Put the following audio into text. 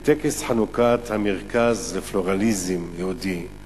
בטקס חנוכת המרכז לפלורליזם יהודי הוא